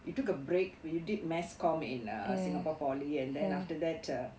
you took a break well you did mass communication in singapore polytechnic and then after that uh